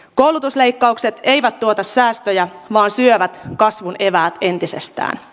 koulutusleikkaukset eivät tuota säästöjä vaan syövät kasvun eväät entisestään